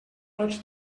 tots